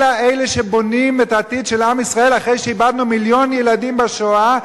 אלא אלה שבונים את העתיד של עם ישראל אחרי שאיבדנו מיליון ילדים בשואה,